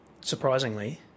surprisingly